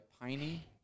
piney